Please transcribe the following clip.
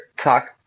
Talk